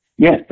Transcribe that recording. Yes